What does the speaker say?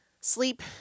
Sleep